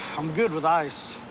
i'm good with ice.